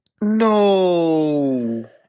No